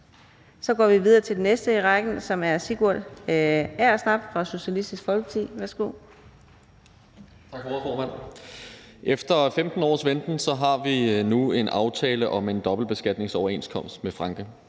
så går vi videre til den næste i rækken, som er Sigurd Agersnap fra Socialistisk Folkeparti.